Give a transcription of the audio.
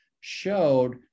showed